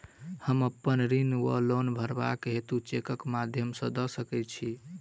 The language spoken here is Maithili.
हम अप्पन ऋण वा लोन भरबाक हेतु चेकक माध्यम सँ दऽ सकै छी?